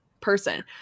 person